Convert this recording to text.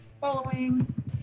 following